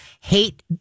hate